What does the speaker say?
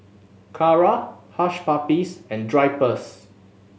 Kara Hush Puppies and Drypers